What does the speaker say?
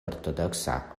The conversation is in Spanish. ortodoxa